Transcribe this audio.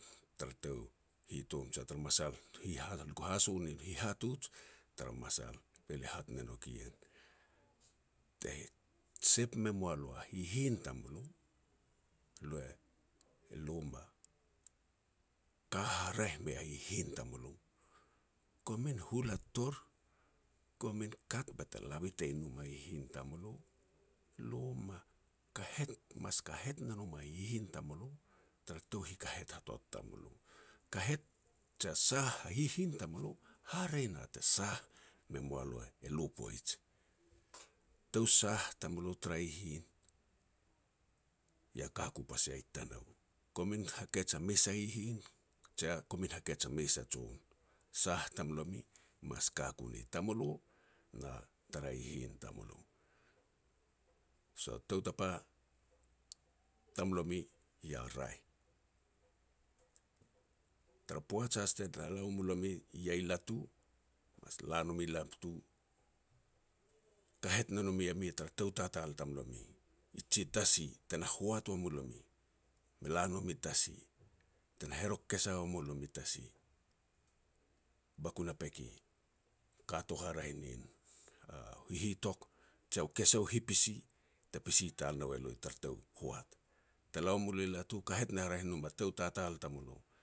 Tara tou hitom jia tar masal hi ha lia ku haso nin hihatuj tara masal, be lia hat ne nouk ien, te sep me moa lo a hihin tamulo, elo e, e lo ma ka haraeh mei a hihin tamulo, komin hula tor, komin kat bete la bitein nom a hihin tamulo, lo ma kahet, mas kahet ne nom a hihin tamulo tara tou hikahet hatot tamulo. Kahet jia sah a hihin tamulo hare na te sah me moa lo elo poij. Tou sah tamulo tara hihin ia ka ku pas ia i tanou. Komin hakej a mes a hihin, jia komin hakej a mes a jon. Sah tamlomi mas kaku ni tamulo, na tara hihin tamulo. So tou tapa tamlomi ia raeh. Tara poaj has te lala ua mulomi iah i latu, mas la nomi latu, kahet ne no mi e mi tara tou tatal tamlomi. Ji tasi, te na hoat wa mu lomi, me la no mi tasi, tena herok kesa ua mulomi tasi bakun a peke, kato haraeh nin hihitok jia u kesa u hipisi te pisi tal nou e lo tara tou hoat. Te la ua mu lo i latu, kahet haraeh nin a tou tatal i tamulo.